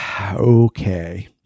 Okay